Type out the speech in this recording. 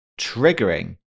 triggering